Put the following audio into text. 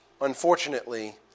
unfortunately